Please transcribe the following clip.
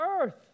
earth